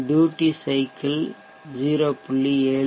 duty cycle 0